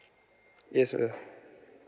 yes will